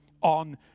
on